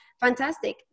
fantastic